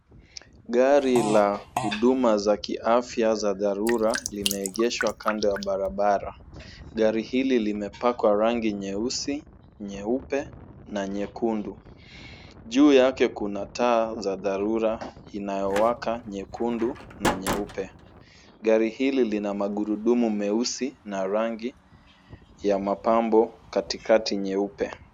Gari la huduma za kiafya za dharura limeegeshwa kando ya barabara. Gari hili limepakwa rangi nyeusi, nyeupe na nyekundu. Juu yake kuna taa za dharura inayowaka nyekundu na nyeupe. Gari hili lina magurudumu meusi na rangi ya mapambo katikati nyeupe.